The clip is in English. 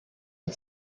and